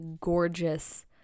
gorgeous